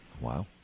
Wow